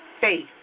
faith